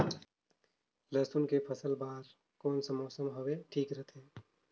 लसुन के फसल बार कोन सा मौसम हवे ठीक रथे?